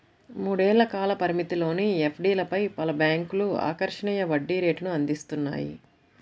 మూడేళ్ల కాల పరిమితిలోని ఎఫ్డీలపై పలు బ్యాంక్లు ఆకర్షణీయ వడ్డీ రేటును అందిస్తున్నాయి